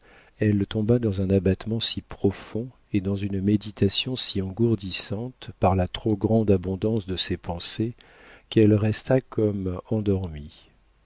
elle tomba dans un abattement si profond et dans une méditation si engourdissante par la trop grande abondance de ses pensées qu'elle resta comme endormie